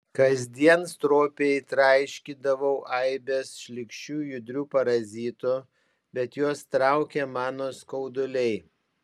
kasdien stropiai traiškydavau aibes šlykščių judrių parazitų bet juos traukė mano skauduliai